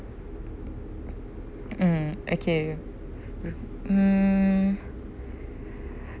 mm okay mm